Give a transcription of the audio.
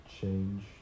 change